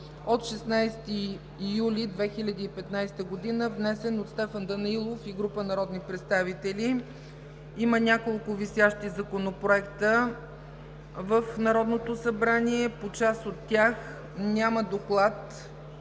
от 16 юли 2015 г., внесен от Стефан Данаилов и група народни представители. Има няколко висящи законопроекта в Народното събрание. По част от тях няма доклад